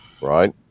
Right